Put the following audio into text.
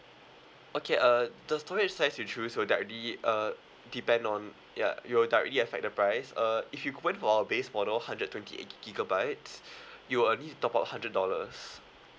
okay uh the storage size you choose will directly uh depend on ya it'll directly affect the price uh if you went for our base model hundred twenty eight gi~ gigabytes you only need to top up hundred dollars